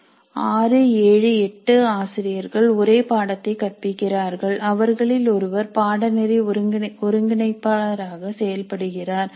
6 7 8 ஆசிரியர்கள் ஒரே பாடத்தை கற்பிக்கிறார்கள் அவர்களில் ஒருவர் பாடநெறி ஒருங்கிணைப்பாளராக செயல்படுகிறார்